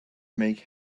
make